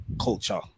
culture